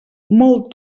molt